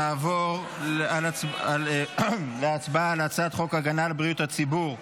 נעבור להצבעה על הצעת חוק הגנה על בריאות הציבור (מזון)